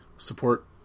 support